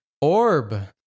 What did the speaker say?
Orb